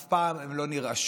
אף פעם הם לא נרעשו.